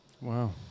Wow